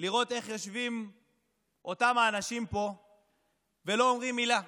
לכך שיושבים אותם האנשים פה ולא אומרים מילה,